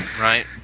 right